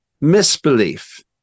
misbelief